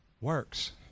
works